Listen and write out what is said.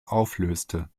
auflöste